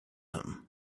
him